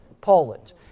Poland